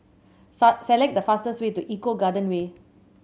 select the fastest way to Eco Garden Way